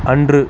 அன்று